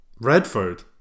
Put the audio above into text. Redford